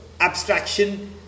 abstraction